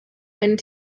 einen